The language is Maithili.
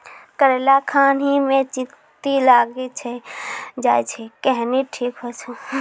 करेला खान ही मे चित्ती लागी जाए छै केहनो ठीक हो छ?